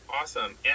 awesome